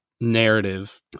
narrative